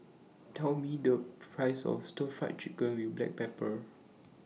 Tell Me The Price of Stir Fried Chicken with Black Pepper